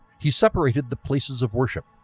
he separated the places of worship,